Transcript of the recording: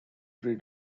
pre